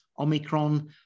Omicron